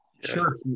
Sure